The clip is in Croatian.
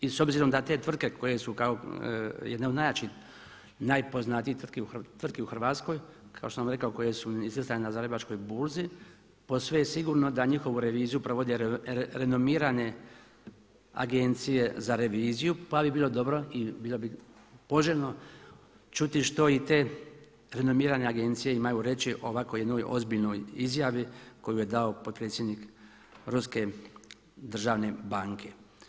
I s obzirom da te tvrtke koje su kao jedne od najjačih, najpoznatijih tvrtki u Hrvatskoj kao što sam rekao koje su izlistane na Zagrebačkoj burzi posve sigurno da njihovu reviziju provode renomirane Agencije za reviziju pa bi bilo dobro i bilo bi poželjno čuti što i te renomirane agencije imaju reći o ovako jednoj ozbiljnoj izjavi koju je dao potpredsjednik ruske državne banke.